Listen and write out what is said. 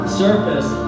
surface